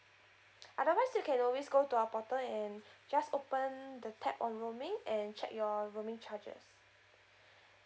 otherwise you can always go to our portal and just open the tap on roaming and check your roaming charges